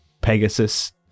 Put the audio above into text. pegasus